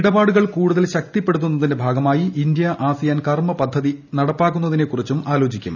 ഇടപാടുകൾ കൂടുതൽ ശക്തിപ്പെടുത്തുന്നതിന്റെ ഭാഗമായി ഇന്ത്യ ആസിയാൻ കർമ്മപദ്ധതി നടപ്പാക്കുന്നതിനെക്കുറിച്ചും ആലോചിക്കും